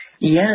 Yes